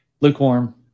Lukewarm